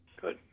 Good